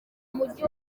mujyi